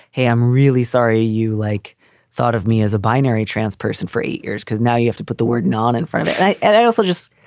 hey, i'm really sorry. you like thought of me as a binary trans person for eight years because now you have to put the word non in front. and i also just.